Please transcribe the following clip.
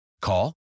Call